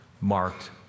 Marked